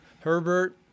Herbert